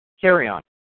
carry-on